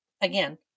again